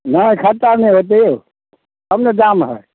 नहि खट्टा नहि होतै यौ तब ने दाम हइ